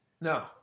No